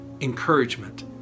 encouragement